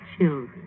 children